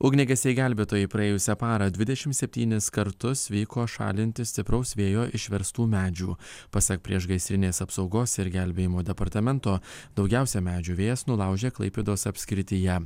ugniagesiai gelbėtojai praėjusią parą dvidešimt septynis kartus vyko šalinti stipraus vėjo išverstų medžių pasak priešgaisrinės apsaugos ir gelbėjimo departamento daugiausiai medžių vėjas nulaužė klaipėdos apskrityje